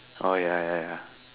oh ya ya ya